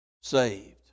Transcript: saved